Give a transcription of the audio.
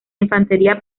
infantería